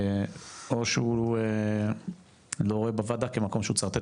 או שהוא לא רואה בוועדה כמקום שהוא צריך לתת